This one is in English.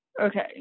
Okay